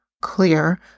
clear